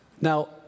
Now